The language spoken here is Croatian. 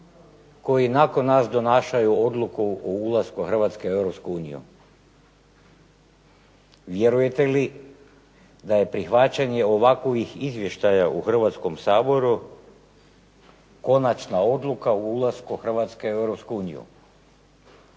koji nakon nas donašaju odluku o ulasku Hrvatske u Europsku uniju? Vjerujete li da je prihvaćanje ovakovih izvještaja u Hrvatskom saboru konačna odluka o ulasku Hrvatske u